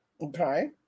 Okay